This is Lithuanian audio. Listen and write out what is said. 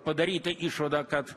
padaryta išvada kad